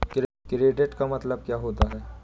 Credit का मतलब क्या होता है?